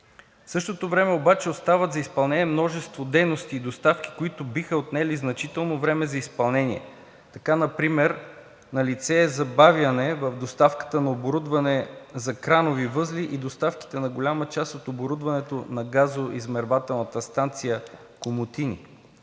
същото време обаче остават за изпълнение множество дейности и доставки, които биха отнели значително време за изпълнение. Така например налице е забавяне в доставката на оборудване за кранови възли и доставките на голяма част от оборудването на газоизмервателната станция Комотини.